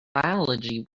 biology